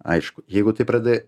aišku jeigu tai pradeda